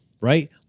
right